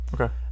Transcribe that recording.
Okay